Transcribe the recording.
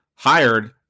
hired